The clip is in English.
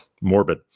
morbid